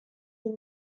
the